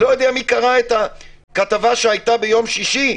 אני לא יודע מי קרא את הכתבה שהייתה ביום שישי,